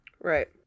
Right